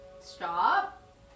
Stop